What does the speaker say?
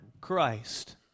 Christ